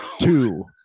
two